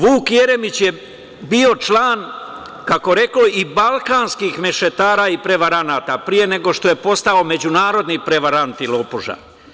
Vuk Jeremić je bio član, kako rekoh i balkanskih mešetara i prevaranata, pre nego što je postao međunarodni prevarant i lopuža.